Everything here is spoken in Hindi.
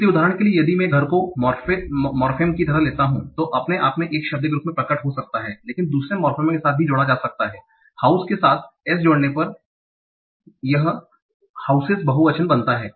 इसलिए उदाहरण के लिए यदि मैं घर को मोर्फेम की तरह लेता हूं तो यह अपने आप में एक शब्द के रूप में प्रकट हो सकता है लेकिन दूसरे मोर्फेम के साथ भी जोड़ा जा सकता हैं house के साथ s जोड़ने पर यह बहुवचन houses बनता है